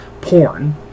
Porn